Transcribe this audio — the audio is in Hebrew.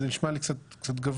כן, זה נשמע לי קצת גבוה.